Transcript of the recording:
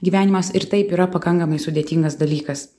gyvenimas ir taip yra pakankamai sudėtingas dalykas